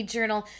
Journal